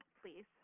please